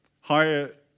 higher